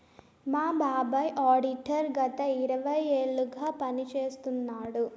మా బాబాయ్ ఆడిటర్ గత ఇరవై ఏళ్లుగా పని చేస్తున్నాడు